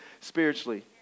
spiritually